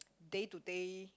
day to day